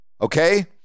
Okay